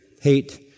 hate